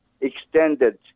extended